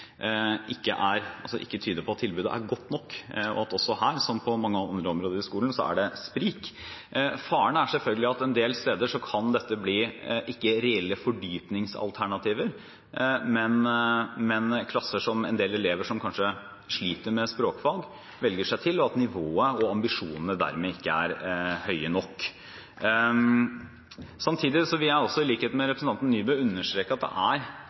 ikke tyder på at tilbudet er godt nok, og at det også her, som på mange områder i skolen, er sprik. Faren er selvfølgelig at dette en del steder ikke kan bli reelle fordypningsalternativer, men klasser en del elever som kanskje sliter med språkfag, velger seg til, og at nivået og ambisjonene dermed ikke er høye nok. Samtidig vil jeg i likhet med representanten Nybø understreke at fremmedspråkenes posisjon og plass i den norske skolen er helt avgjørende. Det er